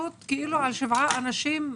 לעשות מחקר על שבעה אנשים?